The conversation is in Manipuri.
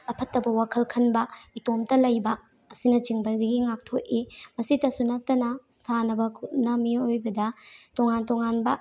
ꯐꯠꯇꯕ ꯋꯥꯈꯜ ꯈꯟꯕ ꯏꯇꯣꯝꯇ ꯂꯩꯕ ꯑꯁꯤꯅꯆꯤꯡꯕꯗꯒꯤ ꯉꯥꯛꯊꯣꯛꯏ ꯃꯁꯤꯇꯁꯨ ꯅꯠꯇꯅ ꯁꯥꯟꯅꯕꯅ ꯃꯤꯑꯣꯏꯕꯗ ꯇꯣꯉꯥꯟ ꯇꯣꯉꯥꯟꯕ